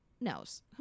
knows